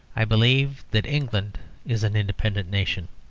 i believe that england is an independent nation.